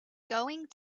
going